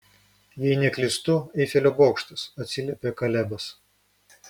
jei neklystu eifelio bokštas atsiliepė kalebas